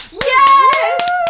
Yes